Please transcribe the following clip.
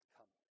Come